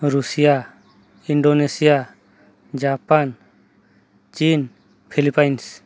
Russia Indonesia Japan chin Philippines